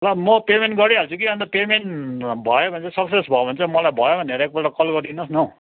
ल म पेमेन्ट गरिहाल्छु कि अनि त पेमेन्ट भयो भने चाहिँ सक्सेस भयो भने चाहिँ मलाई भयो भनेर एकपल्ट कल गरिदिनुहोस् न हौ